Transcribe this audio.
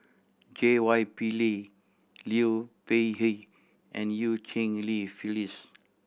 J Y Pillay Liu Peihe and Eu Cheng Li Phyllis